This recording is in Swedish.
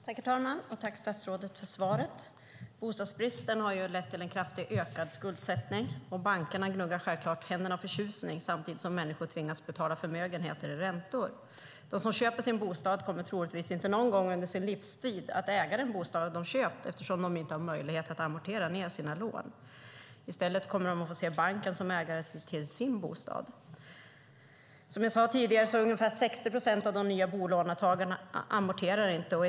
Herr talman! Tack, statsrådet, för svaret! Bostadsbristen har ju lett till en kraftigt ökad skuldsättning, och bankerna gnuggar självklart händerna av förtjusning samtidigt som människor tvingas betala förmögenheter i räntor. De som köper sin bostad kommer troligtvis inte någon gång under sin livstid att äga den bostad de köpt eftersom de inte har möjlighet att amortera ned sina lån. I stället kommer de att få se banken som ägare till bostaden. Som jag sade tidigare är det ungefär 60 procent av de nya bolånetagarna som inte amorterar.